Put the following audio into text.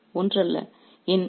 இவை அனைத்தும் ஒன்றல்ல